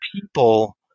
people